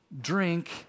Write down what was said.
drink